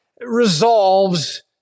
resolves